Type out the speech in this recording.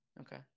Okay